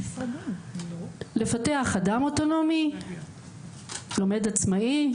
לפתח אדם אוטונומי, לומד עצמאי,